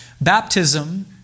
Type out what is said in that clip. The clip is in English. Baptism